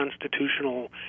constitutional